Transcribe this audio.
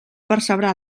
percebrà